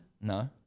No